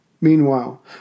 Meanwhile